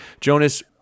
jonas